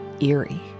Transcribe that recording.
Eerie